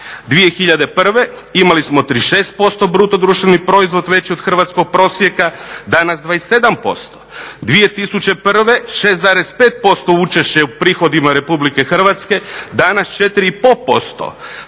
2001. imali smo 36% BDP veći od hrvatskog prosjeka, danas 27%. 2001. 6,5% učešće u prihodima Republike Hrvatske, danas 4,5%.